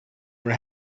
for